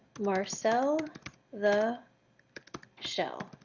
marcel the shell.